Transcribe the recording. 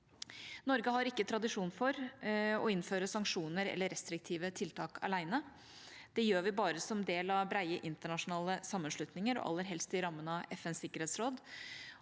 Norge har ikke tradisjon for å innføre sanksjoner eller restriktive tiltak alene. Det gjør vi bare som del av brede internasjonale sammenslutninger og aller helst i rammen av FNs sikkerhetsråd.